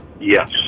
Yes